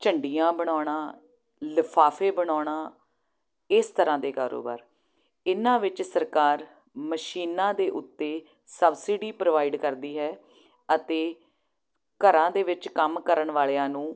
ਝੰਡੀਆਂ ਬਣਾਉਣਾ ਲਿਫਾਫੇ ਬਣਾਉਣਾ ਇਸ ਤਰ੍ਹਾਂ ਦੇ ਕਾਰੋਬਾਰ ਇਹਨਾਂ ਵਿੱਚ ਸਰਕਾਰ ਮਸ਼ੀਨਾਂ ਦੇ ਉੱਤੇ ਸਬਸਿਡੀ ਪ੍ਰੋਵਾਈਡ ਕਰਦੀ ਹੈ ਅਤੇ ਘਰਾਂ ਦੇ ਵਿੱਚ ਕੰਮ ਕਰਨ ਵਾਲਿਆਂ ਨੂੰ